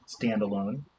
standalone